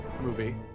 movie